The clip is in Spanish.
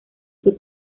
sur